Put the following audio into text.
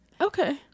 Okay